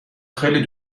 خیلی